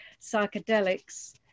psychedelics